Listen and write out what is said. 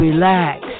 Relax